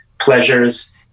pleasures